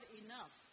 enough